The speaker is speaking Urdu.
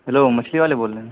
ہیلو مچھلی والے بول رہے ہیں